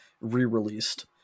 re-released